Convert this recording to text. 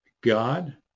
God